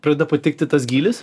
pradeda patikti tas gylis